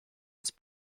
his